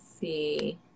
see